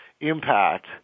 impact